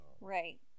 right